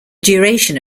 duration